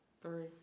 Three